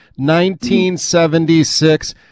1976